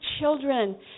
children